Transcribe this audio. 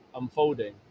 unfolding